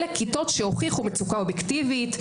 אלה כיתות שהוכיחו מצוקה אובייקטיבית.